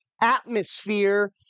atmosphere